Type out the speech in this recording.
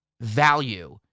value